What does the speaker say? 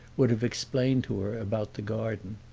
would have explained to her about the garden.